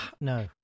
no